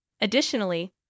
Additionally